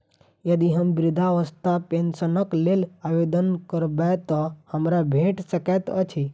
यदि हम वृद्धावस्था पेंशनक लेल आवेदन करबै तऽ हमरा भेट सकैत अछि?